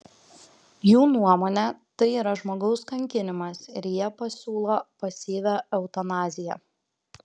jų nuomone tai yra žmogaus kankinimas ir jie pasiūlo pasyvią eutanaziją